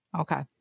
Okay